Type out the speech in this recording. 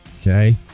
Okay